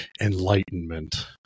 enlightenment